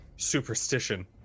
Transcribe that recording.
Superstition